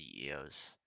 CEOs